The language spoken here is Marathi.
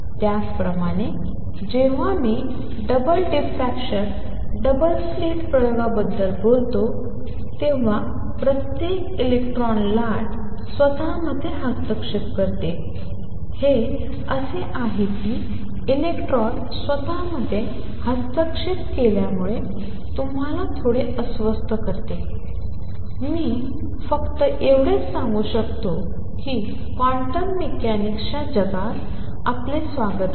त्याचप्रमाणे जेव्हा मी डबल डिफ्रॅक्शन डबल स्लिट प्रयोगाबद्दल बोलतो तेव्हा प्रत्येक इलेक्ट्रॉन लाट स्वतःमध्ये हस्तक्षेप करते हे असे आहे की इलेक्ट्रॉन स्वतःमध्ये हस्तक्षेप केल्यामुळे तुम्हाला थोडे अस्वस्थ करते मी फक्त एवढेच सांगू शकतो की क्वांटम मेकॅनिक्सच्या जगात आपले स्वागत आहे